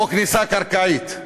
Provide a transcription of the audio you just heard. או כניסה קרקעית.